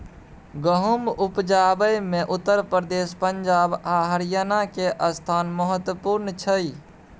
गहुम उपजाबै मे उत्तर प्रदेश, पंजाब आ हरियाणा के स्थान महत्वपूर्ण छइ